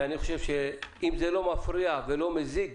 ואני חושב שאם זה לא מפריע ולא מזיק,